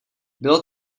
bylo